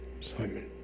Simon